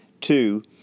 Two